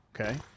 Okay